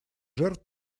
жертв